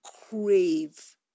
crave